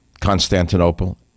Constantinople